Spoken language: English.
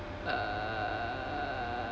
uh